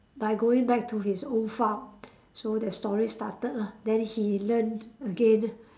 by going back to his own farm so that story started lah then he learn again